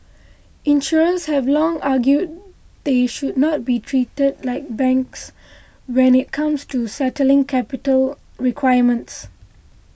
insurers have long argued they should not be treated like banks when it comes to settling capital requirements